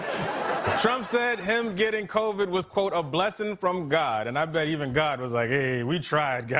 trump said him getting covid was, quote, a blessing from god. and i bet even god was like, hey, we tried, guys.